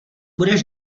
budeš